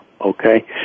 Okay